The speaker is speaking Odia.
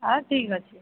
ହଉ ଠିକ୍ ଅଛି